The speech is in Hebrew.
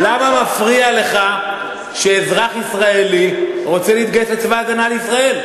למה מפריע לך שאזרח ישראלי רוצה להתגייס לצבא הגנה לישראל?